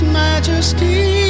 majesty